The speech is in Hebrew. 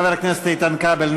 חבר הכנסת איתן כבל,